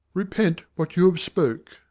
repent what you have spoke.